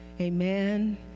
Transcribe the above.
Amen